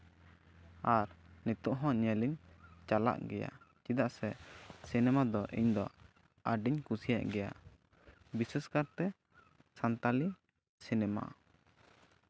ᱟᱨ ᱱᱤᱛᱚᱜ ᱦᱚᱸ ᱧᱮᱞ ᱤᱧ ᱪᱟᱞᱟᱜ ᱜᱮᱭᱟ ᱪᱮᱫᱟᱜ ᱥᱮ ᱥᱤᱱᱮᱢᱟ ᱫᱚ ᱤᱧ ᱫᱚ ᱟᱹᱰᱤᱧ ᱠᱩᱥᱤᱭᱟᱜ ᱜᱮᱭᱟ ᱵᱤᱥᱮᱥ ᱠᱟᱨᱛᱮ ᱥᱟᱱᱛᱟᱞᱤ ᱥᱤᱱᱮᱢᱟ